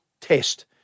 test